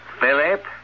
Philip